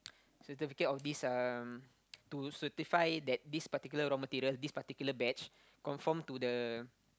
certificate of this um to certify that this particular raw material this particular batch conform to the